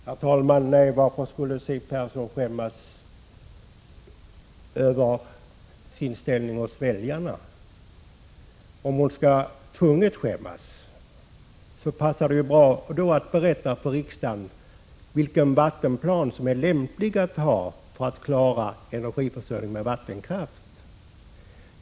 Herr talman! Nej, varför skulle Siw Persson skämmas över sin ställning hos 26 november 1986 väljarna? Om hon tvunget skall skämmas, så passar det bra att berätta för — pm. jmo mm puchållnino riksdagen vilken vattenplan som är lämplig att ha för att klara energiförsörjningen med vattenkraft.